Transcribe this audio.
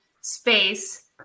space